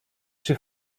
przy